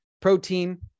Protein